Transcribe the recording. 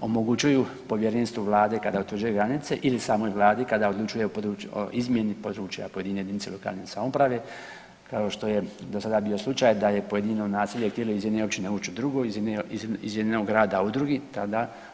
omogućuju Povjerenstvu Vlade kada utvrđuje granice ili samoj Vladi kada odlučuje o izmjeni područja pojedine jedinice lokalne samouprave kao što je do sada bio slučaj da je pojedino naselje htjelo iz jedne općine ući u drugo, iz jednog grada u drugi, tada od tome odlučuje Vlada RH.